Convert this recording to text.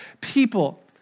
people